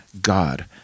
God